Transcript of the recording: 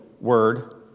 word